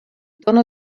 tono